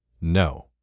No